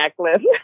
necklace